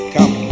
Come